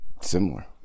similar